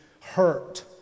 hurt